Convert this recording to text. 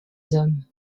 hommes